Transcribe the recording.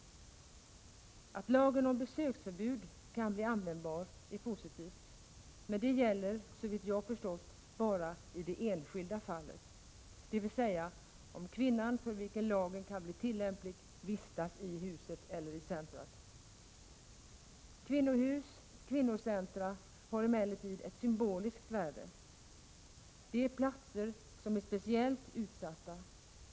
Att lagen om besöksförbud kan bli användbar är positivt, men det gäller, såvitt jag förstår, bara i det enskilda fallet, dvs. om kvinnan för vilken lagen kan bli tillämplig vistas i huset eller centrumet. Kvinnohus och kvinnocentra har emellertid ett symboliskt värde. De är platser som är speciellt utsatta.